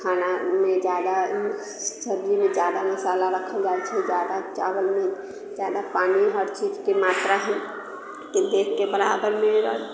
खानामे ज्यादा सब्जीमे ज्यादा मसाला राखल जाइत छै ज्यादा चावलमे ज्यादा पानी हर चीजके मात्राके देखि कऽ बराबरमे